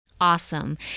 Awesome